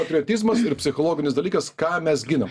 patriotizmas ir psichologinis dalykas ką mes ginam